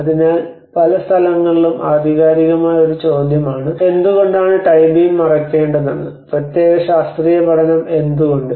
അതിനാൽ പല സ്ഥലങ്ങളിലും ആധികാരികമായ ഒരു ചോദ്യമാണ് എന്തുകൊണ്ടാണ് ടൈ ബീം മറയ്ക്കേണ്ടതെന്ന് പ്രത്യേക ശാസ്ത്രീയ പഠനം എന്തുകൊണ്ട്